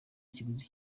ikiguzi